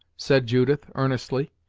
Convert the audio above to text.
said judith, earnestly,